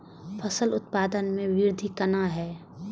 फसल उत्पादन में वृद्धि केना हैं?